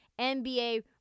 NBA